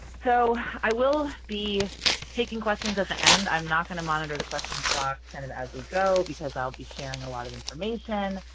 so i will be taking questions at the end. i'm not going to monitor the questions and and as we go, because i will be sharing a lot of information.